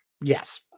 Yes